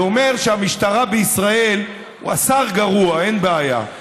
זה אומר שהמשטרה בישראל, השר גרוע, אין בעיה.